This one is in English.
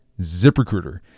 ZipRecruiter